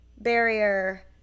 barrier